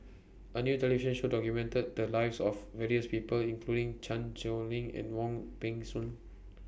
A New television Show documented The Lives of various People including Chan Sow Lin and Wong Peng Soon